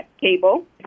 cable